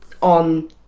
on